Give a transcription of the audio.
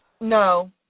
no